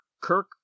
Kirk